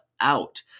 out